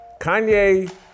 Kanye